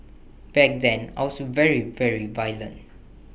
back then I was very very violent